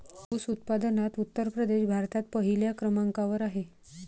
ऊस उत्पादनात उत्तर प्रदेश भारतात पहिल्या क्रमांकावर आहे